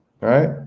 right